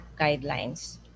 guidelines